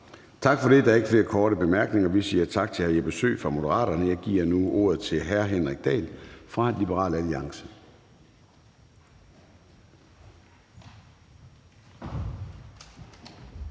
Tak for det. Der er ikke flere korte bemærkninger. Vi siger tak til hr. Jeppe Søe fra Moderaterne. Jeg giver nu ordet til hr. Henrik Dahl fra Liberal Alliance.